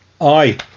Aye